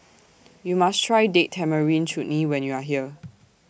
YOU must Try Date Tamarind Chutney when YOU Are here